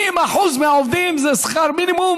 אבל 80% זה שכר מינימום,